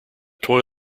toy